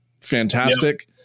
fantastic